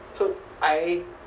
so I